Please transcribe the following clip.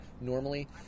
normally